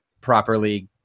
properly